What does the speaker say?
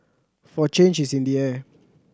for change is in the air